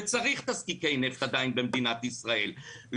וצריך עדיין תזקיקי נפט במדינת ישראל,